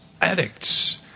addicts